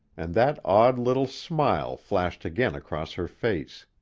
and that odd little smile flashed again across her face.